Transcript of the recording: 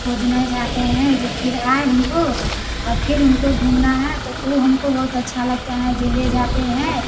खोजने जाते हैं जो फिर आए हमको और फिर हमको घूमना है तो वह हमको बहुत अच्छा लगता है जो ले जाते हैं